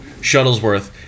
Shuttlesworth